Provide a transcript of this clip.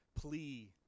plea